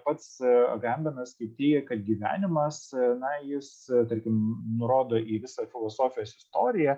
pats gambenas kaip teigia kad gyvenimas na jis tarkim nurodo į visą filosofijos istoriją